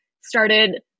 started